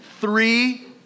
three